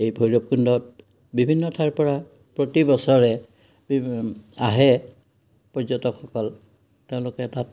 এই ভৈৰৱকুণ্ডত বিভিন্ন ঠাইৰ পৰা প্ৰতি বছৰে বিভি আহে পৰ্যটকসকল তেওঁলোকে তাত